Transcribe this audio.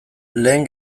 lehen